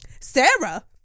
Sarah